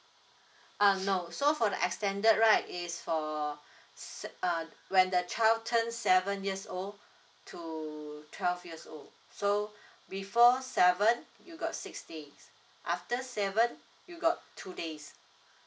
uh no so for the extended right is for se~ uh when the child turns seven years old to twelve years old so before seven you got six days after seven you got two days